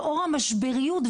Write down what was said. לאור המשבריות,